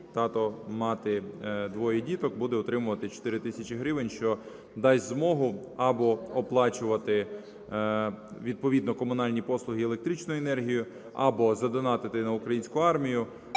тато, мати, двоє діток, - буде отримувати 4 тисячі гривень, що дасть змогу або оплачувати відповідно комунальні послуги і електричну енергію, або задонатити на українську армію,